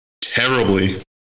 Terribly